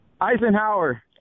Eisenhower